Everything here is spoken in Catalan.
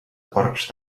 porcs